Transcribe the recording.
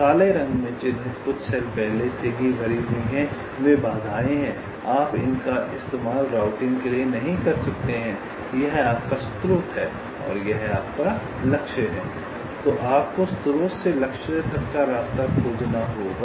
काले रंग में चिह्नित कुछ सेल पहले से ही भरी हुई हैं वे बाधाएं हैं आप इनका इस्तेमाल राउटिंग के लिए नहीं कर सकते यह आपका स्रोत है यह आपका लक्ष्य है और आपको स्रोत से लक्ष्य तक का रास्ता खोजना होगा